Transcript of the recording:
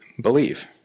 believe